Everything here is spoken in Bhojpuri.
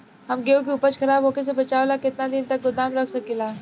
हम गेहूं के उपज खराब होखे से बचाव ला केतना दिन तक गोदाम रख सकी ला?